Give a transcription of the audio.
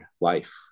life